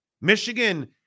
Michigan